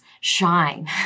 shine